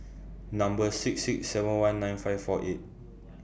Number six six seven one nine five four eight